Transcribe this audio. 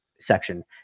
section